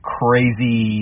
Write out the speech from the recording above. crazy